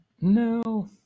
No